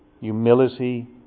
humility